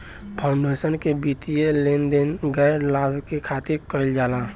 foundation के वित्तीय लेन देन गैर लाभ के खातिर कईल जाला